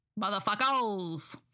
motherfuckers